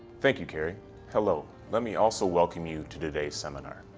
thank you kerrie. hello, let me also welcome you to today's seminar.